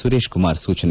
ಸುರೇಶ್ ಕುಮಾರ್ ಸೂಚನೆ